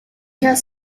has